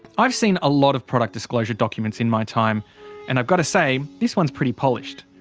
i've seen a lot of product disclosure documents in my time and i've got to say this one is pretty polished.